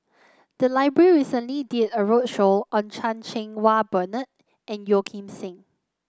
the library recently did a roadshow on Chan Cheng Wah Bernard and Yeo Kim Seng